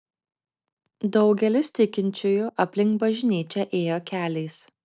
daugelis tikinčiųjų aplink bažnyčią ėjo keliais